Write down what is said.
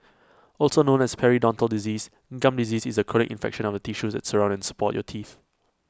also known as periodontal disease gum disease is A chronic infection of the tissues that surround and support your teeth